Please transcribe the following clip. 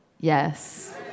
yes